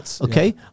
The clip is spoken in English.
Okay